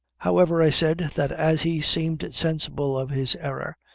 however, i said, that as he seemed sensible of his error,